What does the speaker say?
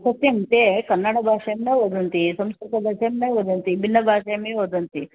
सत्यं ते कन्नडभाषायां न वदन्ति संस्कृतभाषां न वदन्ति भिन्नभाषया न वदन्ति